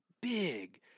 big